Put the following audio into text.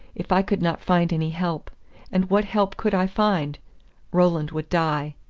if i could not find any help and what help could i find roland would die.